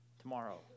tomorrow